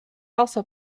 also